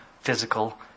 Physical